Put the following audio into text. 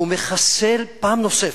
הוא מחסל פעם נוספת,